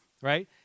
right